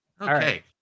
Okay